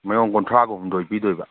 ꯃꯌꯣꯝ ꯀꯨꯟꯊ꯭ꯔꯥꯒ ꯍꯨꯝꯗꯣꯏ ꯄꯤꯗꯣꯏꯕ